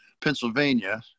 Pennsylvania